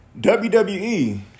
WWE